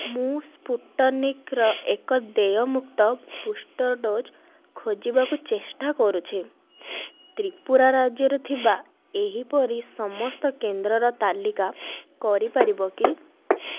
ମୁଁ ସ୍ପୁଟନିକର ଏକ ଦେୟମୁକ୍ତ ବୁଷ୍ଟର୍ ଡୋଜ୍ ଖୋଜିବାକୁ ଚେଷ୍ଟା କରୁଛି ତ୍ରିପୁରା ରାଜ୍ୟରେ ଥିବା ଏହିପରି ସମସ୍ତ କେନ୍ଦ୍ରର ତାଲିକା କରିପାରିବ କି